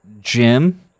Jim